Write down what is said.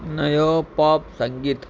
नयो पॉप संगीत